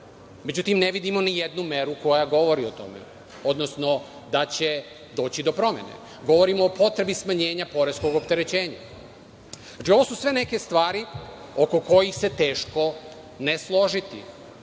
Međutim, ne vidimo ni jednu meru koja govori o tome, odnosno da će doći do promene. Govorimo o potrebi smanjenja poreskog opterećenja. Znači, ovo su sve neke stvari oko kojih se teško ne složiti.